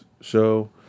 show